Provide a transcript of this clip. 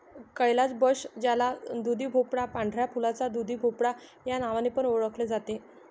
calabash ज्याला दुधीभोपळा, पांढऱ्या फुलाचा दुधीभोपळा या नावाने पण ओळखले जाते